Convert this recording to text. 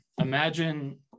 imagine